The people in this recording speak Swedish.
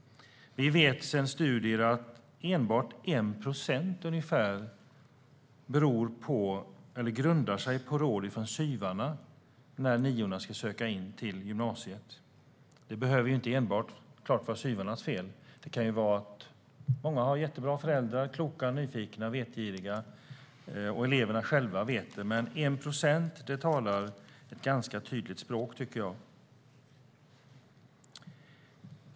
Vi vet av studier att enbart ungefär 1 procent av valen grundar sig på råd från SYV:arna när niorna ska söka in till gymnasiet. Det behöver såklart inte enbart vara SYV:arnas fel. Många elever har jättebra föräldrar. De är kloka, nyfikna och vetgiriga, och även eleverna är det. Men 1 procent talar ett ganska tydligt språk, tycker jag.